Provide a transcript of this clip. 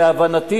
להבנתי,